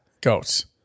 Goats